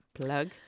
plug